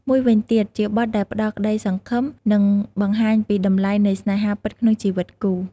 មួយវីញទៀត ជាបទដែលផ្តល់ក្តីសង្ឃឹម និងបង្ហាញពីតម្លៃនៃស្នេហាពិតក្នុងជីវិតគូ។